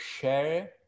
share